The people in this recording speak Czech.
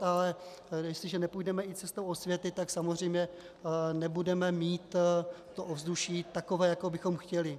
Ale jestliže nepůjdeme cestou osvěty, tak samozřejmě nebudeme mít ovzduší takové, jaké bychom chtěli.